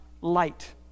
light